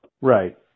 Right